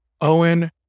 Owen